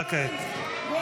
הצבעה כעת.